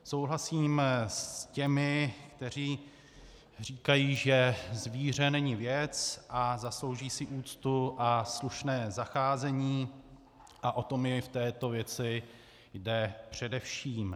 Souhlasím s těmi, kteří říkají, že zvíře není věc a zaslouží si úctu a slušné zacházení, a o to mně v této věci jde především.